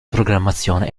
programmazione